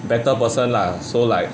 better person lah so like